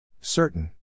certain